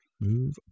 Move